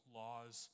laws